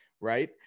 right